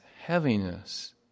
heaviness